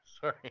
sorry